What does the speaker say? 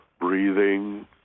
breathing